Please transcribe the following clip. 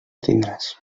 tindràs